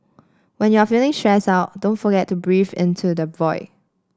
when you are feeling stressed out don't forget to breathe into the void